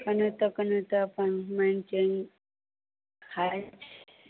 केनाहितो केनाहितो अपन माङ्गि चाङ्गि खाइत छी